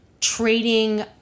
trading